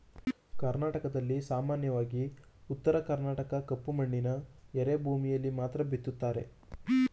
ಕರ್ನಾಟಕದಲ್ಲಿ ಸಾಮಾನ್ಯವಾಗಿ ಉತ್ತರ ಕರ್ಣಾಟಕದ ಕಪ್ಪು ಮಣ್ಣಿನ ಎರೆಭೂಮಿಯಲ್ಲಿ ಮಾತ್ರ ಬಿತ್ತುತ್ತಾರೆ